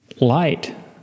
light